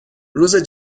روز